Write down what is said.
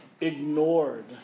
ignored